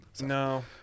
No